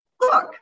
look